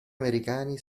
americani